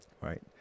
right